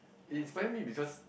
it inspire me because